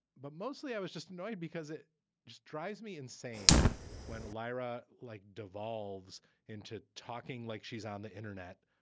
but mostly i was just annoyed because it just drives me insane when lyra like devolves into talking like she's on the internet.